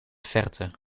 verte